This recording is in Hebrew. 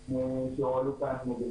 שנאמרו.